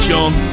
John